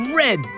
red